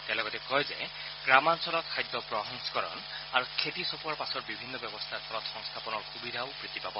তেওঁ লগতে কয় যে গ্ৰামাঞ্চলত খাদ্য প্ৰসংস্কৰণ আৰু খেতি চপোৱাৰ পাছৰ বিভিন্ন ব্যৱস্থাৰ ফলত সংস্থাপনৰ সুবিধাও বৃদ্ধি পাব